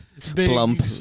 Plump